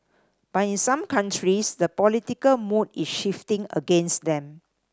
but in some countries the political mood is shifting against them